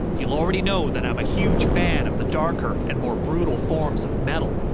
you'll already know that i'm a huge fan of the darker and more brutal forms of metal.